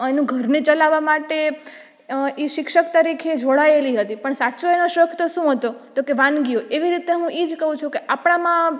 આનું ઘરને ચલાવવા માટે એ શિક્ષક તરીકે જોડાયેલી હતી પણ સાચો એનો શોખ તો શું હતો તો કે વાનગીઓ એવી રીતે હું એ જ કહું છું કે આપણામાં